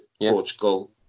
Portugal